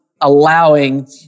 allowing